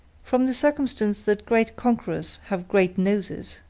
from the circumstance that great conquerors have great noses,